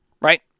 right